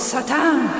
Satan